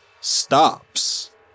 stops